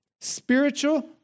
Spiritual